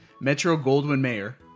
Metro-Goldwyn-Mayer